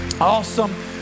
Awesome